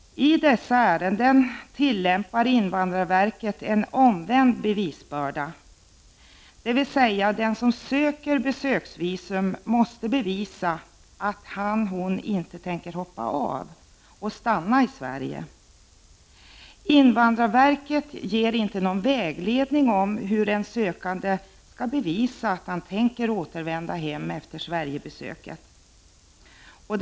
I dessa ärenden tillämpar invandrarverket en omvänd bevisbörda, dvs. den som söker besöksvisum måste bevisa att han/hon inte tänker ”hoppa av” och stanna i Sverige. Invandrarverket ger ingen vägledning om hur en sökande skall bevisa att han tänker återvända hem efter besöket i Sverige.